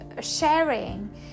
sharing